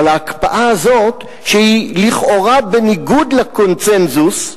אבל ההקפאה הזאת, שהיא לכאורה בניגוד לקונסנזוס,